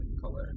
color